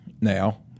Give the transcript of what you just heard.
now